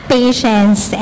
patience